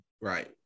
Right